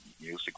music